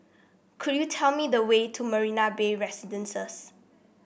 could you tell me the way to Marina Bay Residences